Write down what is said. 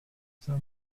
some